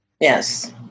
Yes